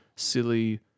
silly